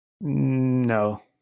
No